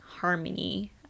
harmony